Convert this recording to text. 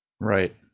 Right